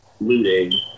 looting